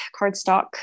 cardstock